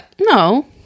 No